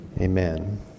Amen